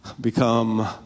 become